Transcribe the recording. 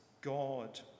God